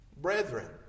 brethren